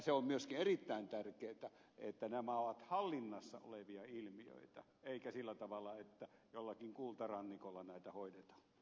se on myöskin erittäin tärkeätä että nämä ovat hallinnassa olevia ilmiöitä eikä sillä tavalla että jollakin kultarannikolla näitä hoidetaan